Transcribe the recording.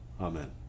amen